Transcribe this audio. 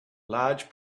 large